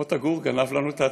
מוטה גור גנב לנו את ההצגה.